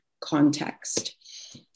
context